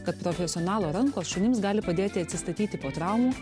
kad profesionalo rankos šunims gali padėti atsistatyti po traumų